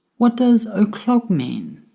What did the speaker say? what does o'clock mean?